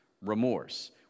remorse